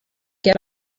get